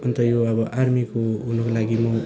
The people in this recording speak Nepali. अन्त यो अब आर्मीको हुनुको लागि म